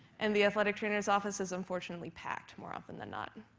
and the athletic trainers office is unfortunately packed more often than not.